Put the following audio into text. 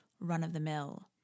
run-of-the-mill